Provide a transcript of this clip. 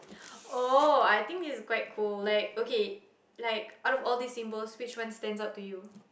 oh I think this is quite cool like okay like out of all these symbols which one stands out to you